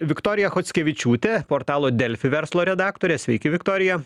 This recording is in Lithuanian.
viktorija chockevičiūtė portalo delfi verslo redaktorė sveiki viktorija